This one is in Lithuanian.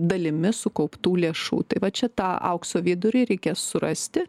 dalimi sukauptų lėšų tai va čia tą aukso vidurį reikės surasti